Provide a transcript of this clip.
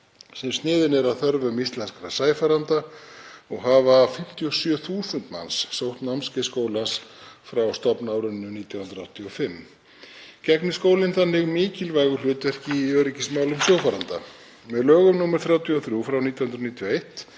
sem sniðin eru að þörfum íslenskra sæfarenda. 57.000 manns hafa sótt námskeið skólans frá stofnárinu 1985. Skólinn gegnir þannig mikilvægu hlutverki í öryggismálum sjófarenda. Með lögum nr. 33/1991